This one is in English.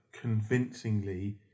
convincingly